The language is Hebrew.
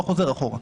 לא חוזר אחורה.